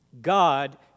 God